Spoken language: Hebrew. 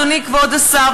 אדוני כבוד השר,